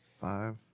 Five